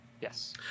Yes